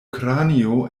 kranio